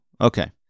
Okay